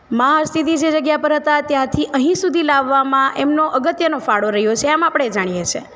માં હરસિદ્ધિ જે જગ્યા પર હતા ત્યાંથી અહીં સુધી લાવવામાં એમનો અગત્યનો ફાળો રહ્યો છે એમ આપણે જાણીએ છીએ